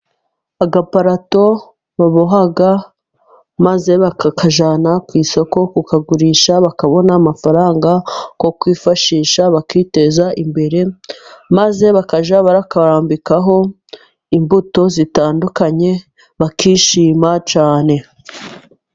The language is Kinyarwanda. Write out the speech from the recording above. Agaparato baboha maze bakakajyana ku isoko, kukagurisha, bakabona amafaranga yo kwifashisha, bakiteza imbere. Maze bakajya bakarambikaho imbuto zitandukanye, bakishima cyane.